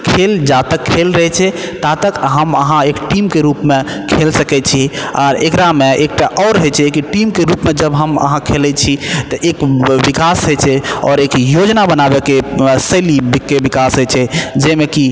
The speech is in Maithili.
खेल जा तक खेल रहै छै ता तक हम अहाँ एक टीमके रूपमे खेल सकैत छी आर एकरामे एक टा आओर होइ छै कि टीमके रूपमे जब हम अहाँ खेलैत छी तऽ एक विकास होइ छै आओर एक योजना बनाबैके शैलीके विकास होइत छै जइमे कि